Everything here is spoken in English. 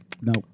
Nope